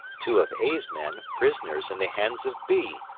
two of a's men prisoners in the hands of b,